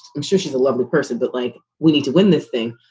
i'm sure she's a lovely person, but like, we need to win this thing.